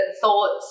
thoughts